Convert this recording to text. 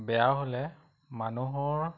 বেয়া হ'লে মানুহৰ